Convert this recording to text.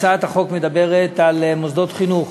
הצעת החוק מדברת על מוסדות חינוך,